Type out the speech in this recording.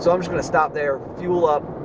so i'm just gonna stop there, fuel up,